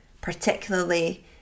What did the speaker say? particularly